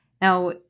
Now